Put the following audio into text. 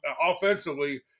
offensively